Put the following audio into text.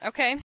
Okay